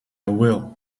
will